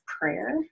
prayer